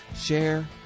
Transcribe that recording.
share